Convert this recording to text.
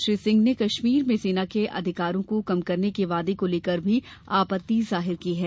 श्री सिंह ने कश्मीर में सेना के अधिकारों को कम करने के वादे को लेकर भी आपत्ति जाहिर की है